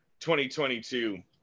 2022